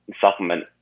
supplement